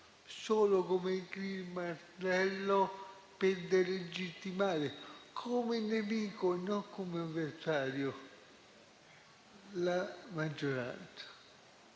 solo come grimaldello per delegittimare come nemico e non come avversario la maggioranza.